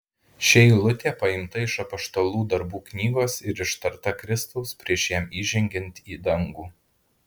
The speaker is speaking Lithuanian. ši eilutė paimta iš apaštalų darbų knygos ir ištarta kristaus prieš jam įžengiant į dangų